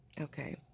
Okay